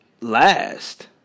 last